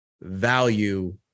value